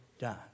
done